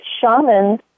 shamans